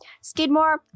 Skidmore